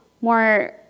more